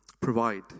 provide